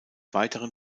weiteren